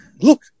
Look